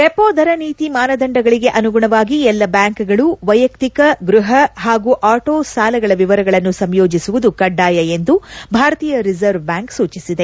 repo ದರ ನೀತಿ ಮಾನದಂಡಗಳಿಗೆ ಅನುಗುಣವಾಗಿ ಎಲ್ಲ ಬ್ಯಾಂಕುಗಳು ವೈಯಕ್ತಿಕ ಗೃಹ ಹಾಗೂ ಆಟೋ ಸಾಲಗಳ ವಿವರಗಳನ್ನು ಸಂಯೋಜಿಸುವುದು ಕಡ್ಡಾಯ ಎಂದು ಭಾರತೀಯ ರಿಸರ್ವ್ ಬ್ಯಾಂಕ್ ಸೂಚಿಸಿದೆ